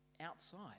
outside